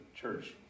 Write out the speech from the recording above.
church